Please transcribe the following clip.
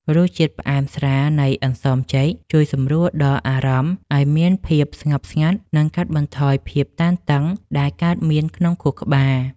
រសជាតិផ្អែមស្រាលនៃអន្សមចេកជួយសម្រួលដល់អារម្មណ៍ឱ្យមានភាពស្ងប់ស្ងាត់ និង កាត់បន្ថយភាពតានតឹងដែលកើតមានក្នុងខួរក្បាល។